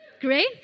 Great